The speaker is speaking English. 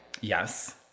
Yes